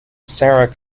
sarah